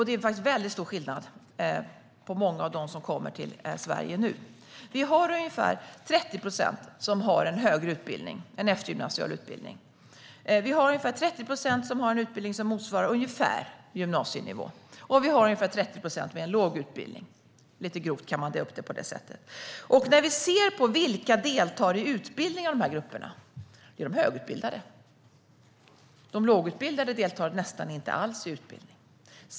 Det är faktiskt väldigt stor skillnad jämfört med många av dem som nu kommer till Sverige. Det är ungefär 30 procent som har en högre utbildning, en eftergymnasial utbildning. Det är ungefär 30 procent som har en utbildning som motsvarar ungefär gymnasienivå. Och det är ungefär 30 procent med en låg utbildning. Lite grovt kan man dela upp det på det sättet. När vi tittar på vilka grupper som deltar i utbildning ser vi att det är de högutbildade. De lågutbildade deltar nästan inte alls.